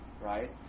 right